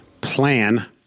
plan